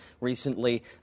recently